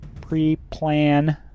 Pre-plan